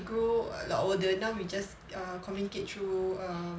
grow a lot older now we just err communicate through err